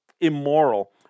immoral